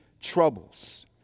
troubles